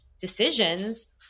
decisions